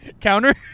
Counter